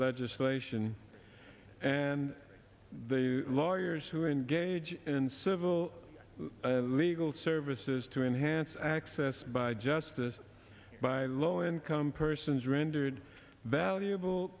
legislation and the lawyers who engage in civil legal services to enhance access by justice by low income persons rendered valuable